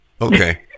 Okay